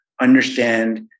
understand